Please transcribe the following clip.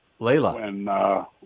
Layla